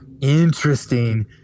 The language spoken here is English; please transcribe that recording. Interesting